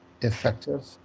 effective